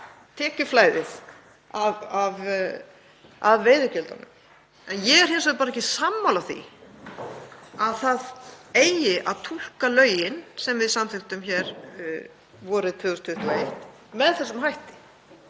tekjuflæðið af veiðigjöldunum. Ég er hins vegar ekki sammála því að það eigi að túlka lögin sem við samþykktum hér vorið 2021 með þeim hætti